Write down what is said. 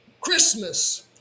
Christmas